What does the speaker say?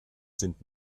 sind